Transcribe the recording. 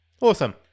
awesome